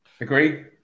Agree